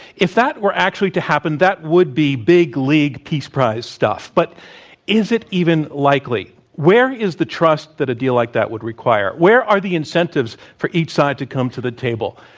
if that were actually to happen, that would be big league peace prize stuff, but is it even likely? where is the trust that a deal like that would require? where are the incentives for each side to come to the table?